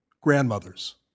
Grandmothers